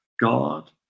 God